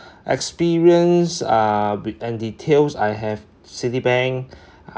experience uh with and details I have Citibank